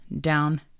down